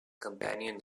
companion